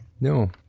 No